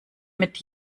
mit